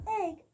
egg